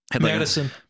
madison